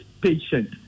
patient